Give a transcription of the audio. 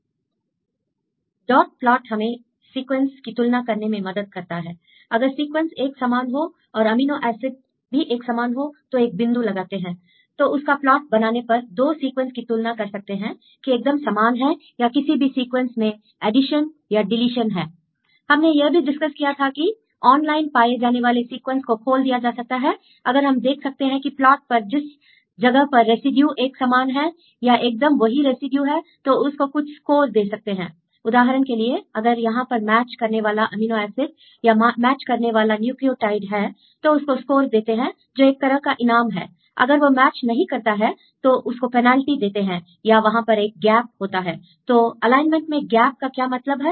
student dot plot dot plot हमें दो sequence की तुलना करने में मदद करता है I अगर सीक्वेंस एक समान हो और अमीनो एसिड भी एक समान हो तो एक बिंदु लगाते हैं I तो उसका प्लॉट बनाने पर दो सीक्वेंस की तुलना कर सकते हैं कि एकदम समान हैं या किसी भी सीक्वेंस में एडिशन या डीलीशन हैं I हमने यह भी डिस्कस किया था कि ऑनलाइन पाए जाने वाले सीक्वेंस को खोल दिया जा सकता है अगर हम देख सकते हैं कि प्लॉट पर जिस जगह पर रेसिड्यू एक समान हैं या एकदम वही रेसिड्यू है तो उसको कुछ स्कोर दे सकते हैंI उदाहरण के लिए अगर यहां पर मैच करने वाला अमीनो एसिड या मैच करने वाला न्यूक्लियोटाइड है तो उसको स्कोर देते हैं जो एक तरह का इनाम है अगर वह मैच नहीं करता है तो उसको पेनाल्टी देते हैं या वहां पर एक गैप होता हैI तो अलाइनमेंट में गैप का क्या मतलब है